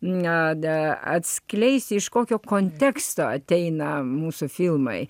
ne atskleisi iš kokio konteksto ateina mūsų filmai